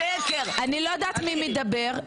אני לא יודעת מי מדבר,